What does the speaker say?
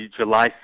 July